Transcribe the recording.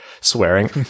swearing